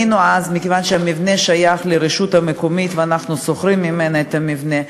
מכיוון שהמבנה שייך לרשות המקומית ואנחנו שוכרים ממנה את המבנה,